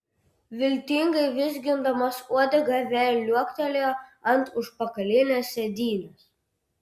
viltingai vizgindamas uodegą vėl liuoktelėjo ant užpakalinės sėdynės